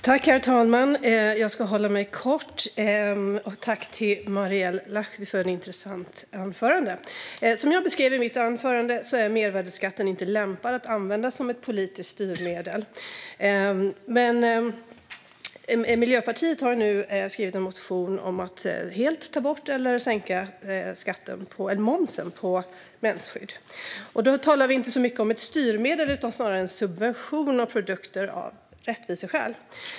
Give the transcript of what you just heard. Herr talman! Jag ska fatta mig kort. Tack till Marielle Lahti för ett intressant anförande! Som jag beskrev i mitt anförande är mervärdesskatten inte lämpad att använda som ett politiskt styrmedel. Miljöpartiet har nu skrivit en motion om att helt ta bort eller sänka momsen på mensskydd. Då talar vi inte så mycket om ett styrmedel utan snarare om en subvention av produkter av rättviseskäl.